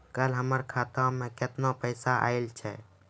कल हमर खाता मैं केतना पैसा आइल छै?